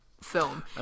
film